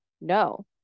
no